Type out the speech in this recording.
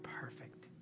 perfect